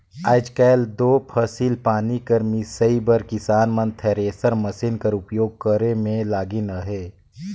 आएज काएल दो फसिल पानी कर मिसई बर किसान मन थेरेसर मसीन कर उपियोग करे मे लगिन अहे